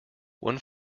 one